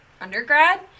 undergrad